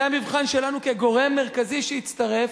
זה המבחן שלנו כגורם מרכזי שהצטרף,